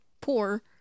poor